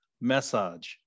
Massage